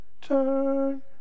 Turn